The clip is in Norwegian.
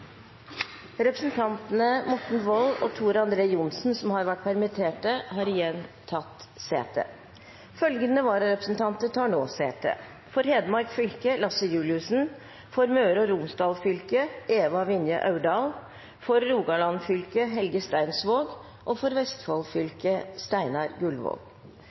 Representantene påhørte stående presidentens minnetale. Representantene Morten Wold og Tor André Johnsen, som har vært permittert, har igjen tatt sete. Følgende innkalte vararepresentanter tar nå sete: For Hedmark fylke: Lasse Juliussen. For Møre og Romsdal fylke: Eva Vinje Aurdal. For Rogaland fylke: Helge Steinsvåg. For Vestfold fylke: Steinar Gullvåg.